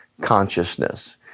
consciousness